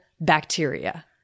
bacteria